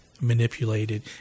manipulated